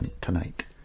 tonight